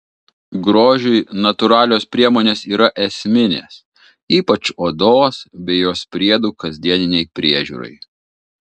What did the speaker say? grožiui natūralios priemonės yra esminės ypač odos bei jos priedų kasdieninei priežiūrai